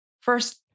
First